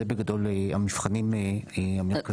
זה בגדול המבחנים המוכרים בפסיקה.